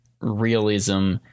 realism